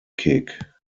kick